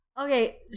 Okay